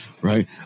Right